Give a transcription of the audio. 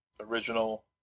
original